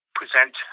present